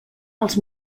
els